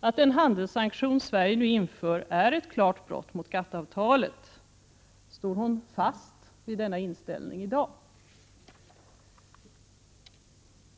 att den handelssanktion som Sverige nu inför är ett klart brott mot GATT avtalet. Står hon fast vid denna inställning i dag?